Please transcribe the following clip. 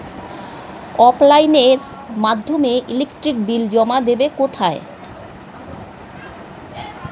অফলাইনে এর মাধ্যমে ইলেকট্রিক বিল জমা দেবো কোথায়?